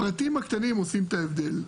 הפרטים הקטנים עושים את ההבדל.